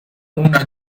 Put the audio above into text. una